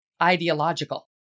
Ideological